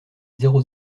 zéro